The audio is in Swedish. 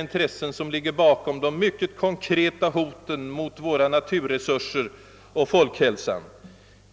intressen, som ligger bakom de mycket konkreta hoten mot våra naturresurser och mot folkhälsan.